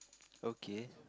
okay